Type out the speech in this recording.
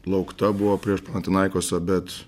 laukta buvo prieš panatinaikosą bet